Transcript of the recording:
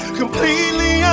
completely